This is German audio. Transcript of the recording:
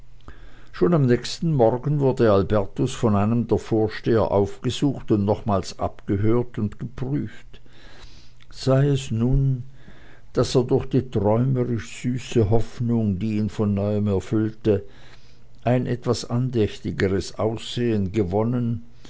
schon am nächsten morgen wurde albertus von einem der vorsteher aufgesucht und nochmals abgehört und geprüft sei es nun daß er durch die träumerischsüße hoffnung die ihn von neuem erfüllte ein etwas andächtigeres aussehen gewonnen